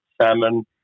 salmon